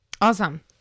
Awesome